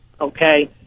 Okay